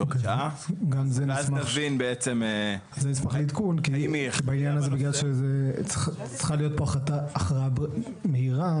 אז אני אשמח לעדכון בעניין הזה בגלל שצריכה להיות פה הכרעה מהירה,